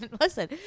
listen